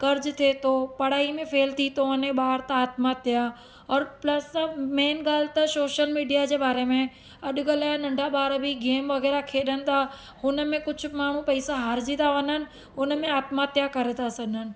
कर्ज थिए थो पढ़ाई में फेल थी थो वञे ॿार त आत्महत्या और प्लस मेन ॻाल्हि त सोशल मीडिया जे बारे में अॼुकल्ह या नंढा ॿार बि गेम वग़ैरह खेॾनि था हुनमें कुझु माण्हू पईसा हारजी था वञनि हुनमें आत्महत्या करे था सघनि